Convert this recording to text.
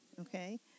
okay